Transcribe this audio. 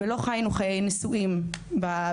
ולא חיינו חיי נשואים בפועל,